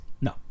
No